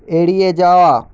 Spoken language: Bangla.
এড়িয়ে যাওয়া